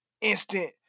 instant